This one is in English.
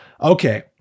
Okay